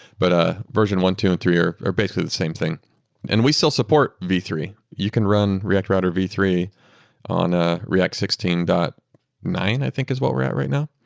but ah version one, two and three are are basically the same thing and we still support v three. you can run react router v three on a react sixteen point nine, i think is what we're at right now.